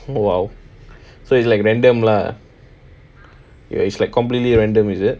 !wow! so it's like random lah ya it's like completely random is it